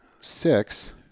six